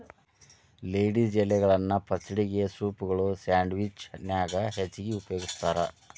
lettuce ಎಲಿಗಳನ್ನ ಪಚಡಿಗೆ, ಸೂಪ್ಗಳು, ಸ್ಯಾಂಡ್ವಿಚ್ ನ್ಯಾಗ ಹೆಚ್ಚಾಗಿ ಉಪಯೋಗಸ್ತಾರ